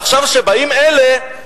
אבל עכשיו, כשבאים אלה,